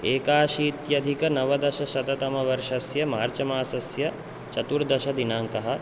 एकाशीत्यधिकनवदशशततमवर्षस्य मार्च् मासस्य चतुर्दशदिनाङ्कः